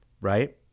right